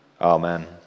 Amen